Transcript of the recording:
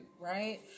right